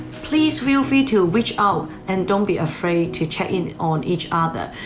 please feel free to reach out and don't be afraid to check in on each other.